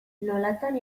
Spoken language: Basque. nolatan